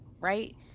right